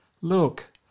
Look